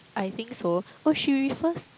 I think so oh she refers